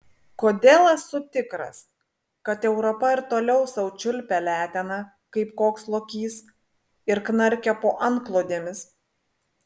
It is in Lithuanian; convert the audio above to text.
kodėl esu tikras kad europa ir toliau sau čiulpia leteną kaip koks lokys ir knarkia po antklodėmis